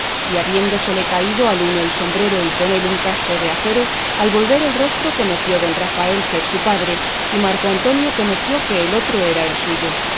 y habiéndosele caído al uno el sombrero y con él un casco de acero al volver el rostro conoció don rafael ser su padre y marco antonio conoció que el otro era el suyo